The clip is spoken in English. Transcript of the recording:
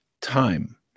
time